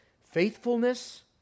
faithfulness